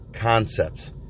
concepts